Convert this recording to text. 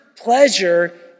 pleasure